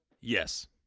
yes